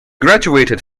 graduated